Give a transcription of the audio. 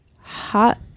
hot